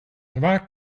waar